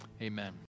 amen